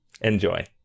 Enjoy